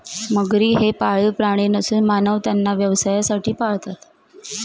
मगरी हे पाळीव प्राणी नसून मानव त्यांना व्यवसायासाठी पाळतात